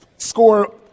Score